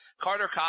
Carter